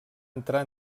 entrar